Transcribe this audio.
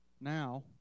now